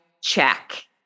check